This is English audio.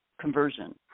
conversion